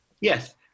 Yes